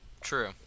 True